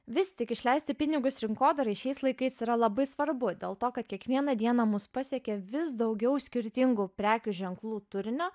vis tik išleisti pinigus rinkodarai šiais laikais yra labai svarbu dėl to kad kiekvieną dieną mus pasiekia vis daugiau skirtingų prekių ženklų turinio